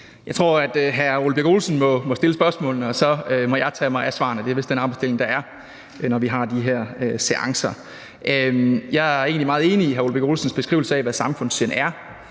Jeg tror, at hr. Ole Birk Olesen må stille spørgsmålene, og så må jeg tage mig af svarene. Det er vist den arbejdsdeling, der er, når vi har de her seancer. Jeg er egentlig meget enig i hr. Ole Birk Olesens beskrivelse af, hvad samfundssind er.